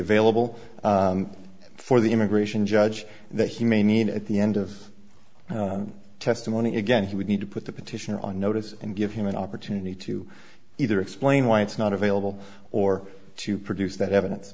available for the immigration judge that he may need at the end of testimony again he would need to put the petition on notice and give him an opportunity to either explain why it's not available or to produce that evidence